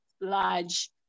large